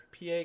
PA